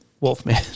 wolfman